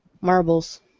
Marbles